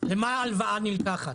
למה ההלוואה נלקחת,